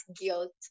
guilt